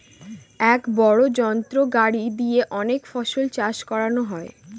এক বড় যন্ত্র গাড়ি দিয়ে অনেক ফসল চাষ করানো যায়